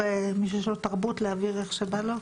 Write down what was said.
מי שיש לו תרבות, אפשר שהוא יעביר איך שבא לו?